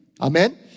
Amen